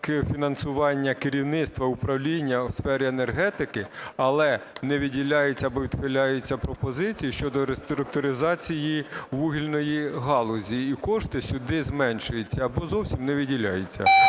фінансування керівництва, управління у сфері енергетики, але не виділяються або відхиляються пропозиції щодо реструктуризації вугільної галузі, і кошти сюди зменшуються або зовсім не виділяються